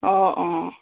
অঁ অঁ